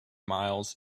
miles